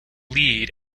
lead